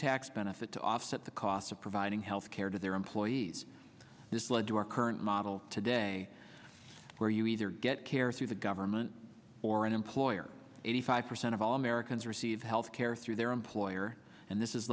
tax benefit to offset the cost of providing health care to their employees this led to our current model today where you either get care through the government or an employer eighty five percent of all americans receive health care through their employer and this is